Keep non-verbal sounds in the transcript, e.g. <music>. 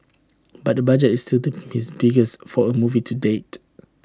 but the budget is <unintelligible> his biggest for A movie to date